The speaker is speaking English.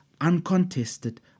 Uncontested